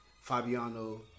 Fabiano